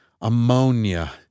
Ammonia